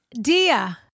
Dia